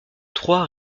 trois